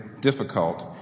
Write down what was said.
difficult